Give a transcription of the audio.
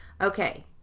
Okay